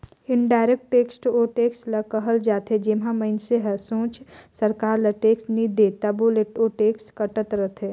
indirect tax ओ tax ल कहल जाथे जेम्हां मइनसे हर सोझ सरकार ल टेक्स नी दे तबो ले ओ टेक्स कटत रहथे